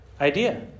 idea